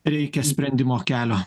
reikia sprendimo kelio